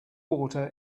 water